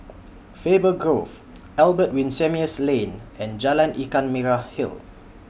Faber Grove Albert Winsemius Lane and Jalan Ikan Merah Hill